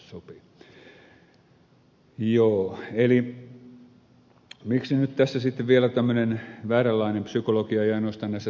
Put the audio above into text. eli miksi nyt tässä sitten vielä tämmöinen vääränlainen psykologia ei ainoastaan näissä tariffijutuissa